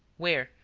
where,